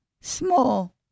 small